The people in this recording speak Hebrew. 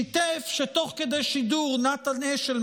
הוא שיתף שתוך כדי שידור נתן אשל,